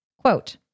Quote